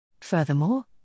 Furthermore